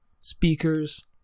speakers